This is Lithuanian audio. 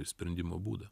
sprendimo būdą